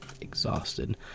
exhausted